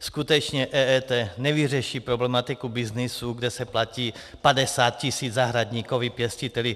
Skutečně EET nevyřeší problematiku byznysu, kde se platí 50 tisíc zahradníkovi, pěstiteli.